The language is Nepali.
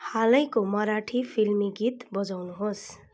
हालैको मराठी फिल्मी गीत बजाउनुहोस्